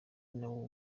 nawe